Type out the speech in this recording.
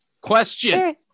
Question